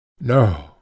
No